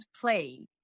play